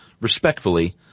respectfully